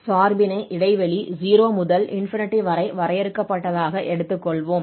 சார்பினை இடைவெளி 0 முதல் ∞ வரை வரையறுக்கப்பட்டதாக எடுத்துக்கொள்வோம்